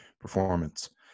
performance